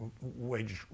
wage